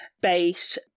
base